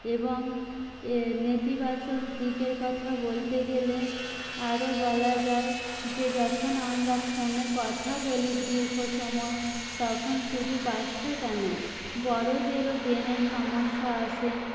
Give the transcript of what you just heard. এবং এ নেতিবাচক দিকের কথা বলতে গেলে আরো বলা যায় যে যখন আমরা ফোনে কথা বলি দীর্ঘ সময় তখন শুধু বাচ্চা কেন বড়দেরও ব্রেনের সমস্যা আসে